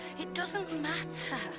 it doesn't matter.